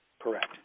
Correct